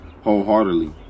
wholeheartedly